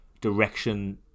direction